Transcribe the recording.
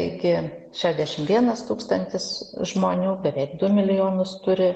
iki šešiasdešimt vienas tūkstantis žmonių beveik du milijonus turi